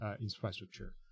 infrastructure